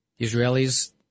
Israelis